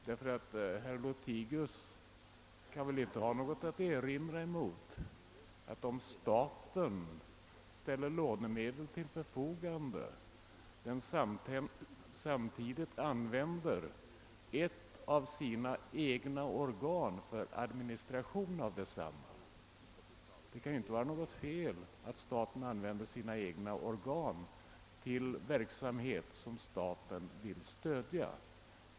Herr Lothigius kan väl inte ha något att erinra mot att staten, om den ställer lånemedel till förfogande, använder ett av sina egna organ för administration av desamma. Det kan ju inte vara något fel att staten använder sina egna organ till verksamhet som staten vill stödja.